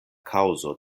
kaŭzo